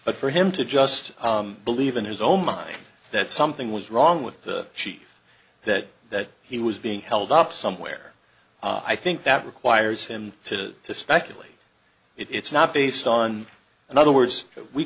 but for him to just believe in his own mind that something was wrong with the sheep that that he was being held up somewhere i think that requires him to speculate it's not based on in other words